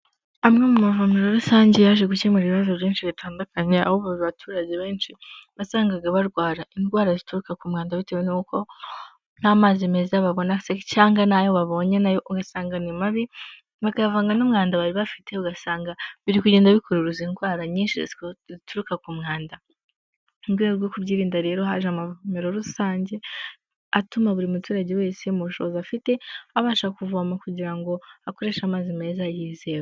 Amwe mu mavumero rusange yaje gukemura ibibazo byinshi bitandukanye, aho baturage benshi wasangaga barwara indwara zituruka ku mwanda bitewe n'uko nta mazi meza babona se cyangwa n'ayo babonye nayo ugasanga ni mabi bakayavanga n'umwanda bari bafite ugasanga biri kugenda bikuruza indwara nyinshi zituruka ku mwanda. Mu rwego rwo kubyirinda rero haje amavomero rusange atuma buri muturage wese mu bushobozi afite abasha kuvoma kugira ngo akoreshe amazi meza yizewe.